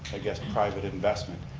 i guess, private investment.